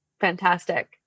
fantastic